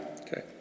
Okay